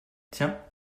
tiens